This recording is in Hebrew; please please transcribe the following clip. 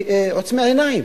ועוצמים עיניים.